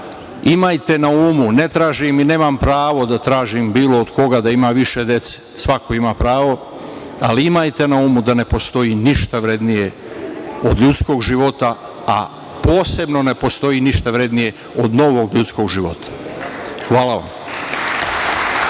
imajte na umu, ne tražim i nemam pravo da tražim bilo od koga da ima više dece, svako ima pravo, ali imajte na umu da ne postoji ništa vrednije od ljudskog života, a posebno ne postoji ništa vrednije od novog ljudskog života. Hvala vam.